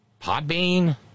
Podbean